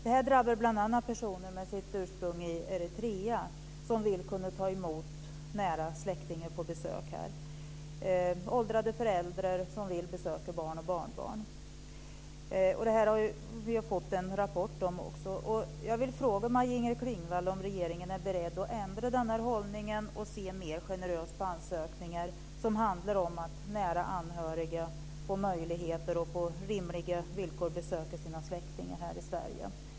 Det här drabbar bl.a. personer med sitt ursprung i Eritrea som vill kunna ta emot nära släktingar på besök här. Det kan vara åldrade föräldrar som vill besöka barn och barnbarn. Vi har fått en rapport om detta också. Jag vill fråga Maj-Inger Klingvall om regeringen är beredd att ändra den här hållningen och se mer generöst på ansökningar som handlar om att nära anhöriga på rimliga villkor får möjligheter att besöka sina släktingar här i Sverige.